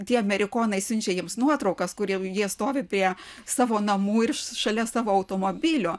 tie amerikonai siunčia jiems nuotraukas kur jau jie stovi prie savo namų ir šalia savo automobilio